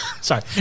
sorry